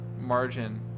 margin